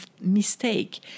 mistake